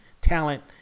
talent